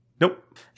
Nope